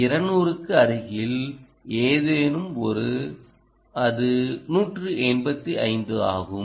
200 க்கு அருகில் ஏதேனும் ஒரு அது 185 ஆகும்